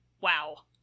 wow